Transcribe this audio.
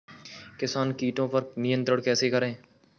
किसान कीटो पर नियंत्रण कैसे करें?